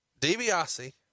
Dibiase